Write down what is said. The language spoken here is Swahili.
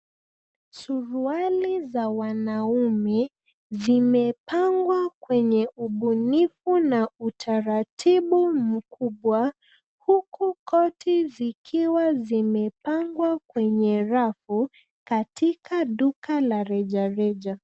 Suruali za wanaume zimepangwa kwenye ubunifu na utaratifu mkubwa huku koti zikiwa zimepangwa kwenye rafu katika duka la rejareja.